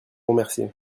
remercier